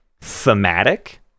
thematic